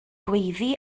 gweiddi